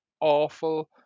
awful